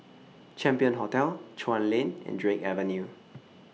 Champion Hotel Chuan Lane and Drake Avenue